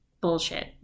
bullshit